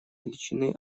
величины